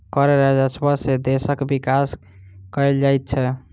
कर राजस्व सॅ देशक विकास कयल जाइत छै